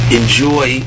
enjoy